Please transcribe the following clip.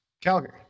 Calgary